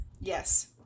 Yes